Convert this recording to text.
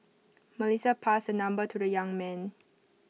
Melissa passed the number to the young man